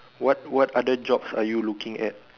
what what other jobs are you looking at